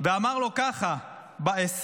זאת